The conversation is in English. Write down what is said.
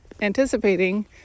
anticipating